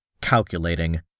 calculating